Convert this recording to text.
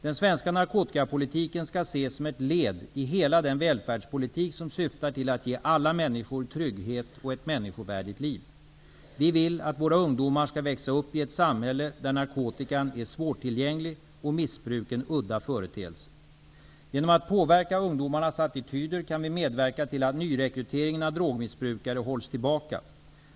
Den svenska narkotikapolitiken skall ses som ett led i hela den välfärdspolitik som syftar till att ge alla människor trygghet och ett människovärdigt liv. Vi vill att våra ungdomar skall växa upp i ett samhälle där narkotikan är svårtillgänglig och missbruk en udda företeelse. Genom att påverka ungdomarnas attityder kan vi medverka till att nyrekryteringen av drogmissbrukare hålls tillbaka.